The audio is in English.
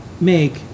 Make